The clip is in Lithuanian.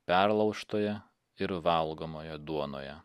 perlaužtoje ir valgomoje duonoje